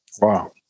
Wow